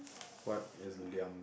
what is Liam